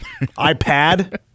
iPad